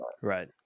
Right